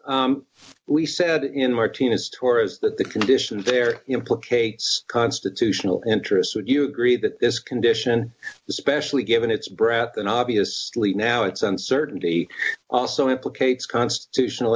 interject we said in martinez tours that the conditions there implicates constitutional interests would you agree that this condition especially given its breath and obviously now its uncertainty also implicates constitutional